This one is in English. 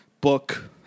book